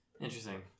Interesting